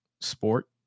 sport